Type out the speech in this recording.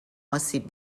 آسیب